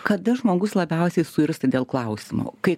kada žmogus labiausiai suirzta dėl klausimo kai